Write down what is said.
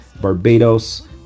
Barbados